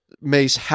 Mace